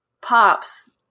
Pops